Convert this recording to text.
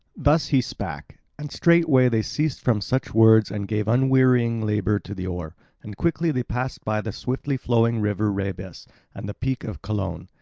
thus he spake, and straightway they ceased from such words and gave unwearying labour to the oar and quickly they passed by the swiftly flowing river rhebas and the peak of colone,